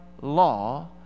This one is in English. law